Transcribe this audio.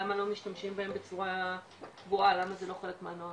למה לא משתמשים בהם בצורה ברורה למה זה לא חלק מהנוהל?